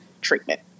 treatment